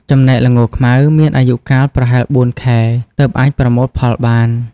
ចំណែកល្ងខ្មៅ មានអាយុកាលប្រហែល ៤ ខែទើបអាចប្រមូលផលបាន។